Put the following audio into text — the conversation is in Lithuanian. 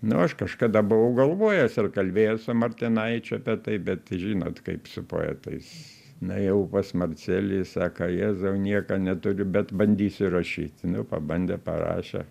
nu aš kažkada buvau galvojęs ir kalbėjęs su martinaičiu apie tai bet žinot kaip su poetais nuėjau pas marcelijų sako jėzau nieko neturiu bet bandysiu rašyt nu pabandė parašė